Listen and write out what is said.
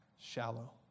shallow